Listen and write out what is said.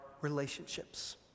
relationships